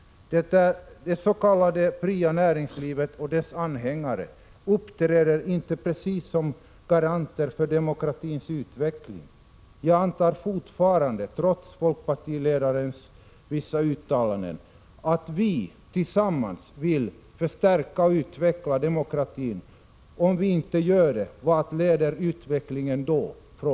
Det s.k. fria näringslivet och dess anhängare uppträder inte precis som garanter för demokratins utveckling. Jag antar fortfarande, trots vissa av folkpartiledarens uttalanden, att vi tillsammans vill förstärka och utveckla demokratin. Om vi inte gör det, vart leder utvecklingen då?